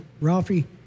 ralphie